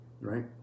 right